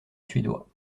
suédois